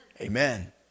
Amen